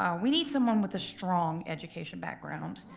um we need someone with a strong education background.